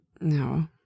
No